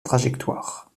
trajectoire